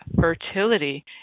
fertility